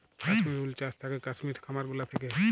কাশ্মির উল চাস থাকেক কাশ্মির খামার গুলা থাক্যে